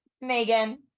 megan